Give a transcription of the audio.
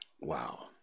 Wow